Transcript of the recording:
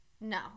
No